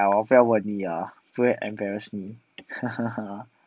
okay lah 我不要问你啦因为 embarrass 你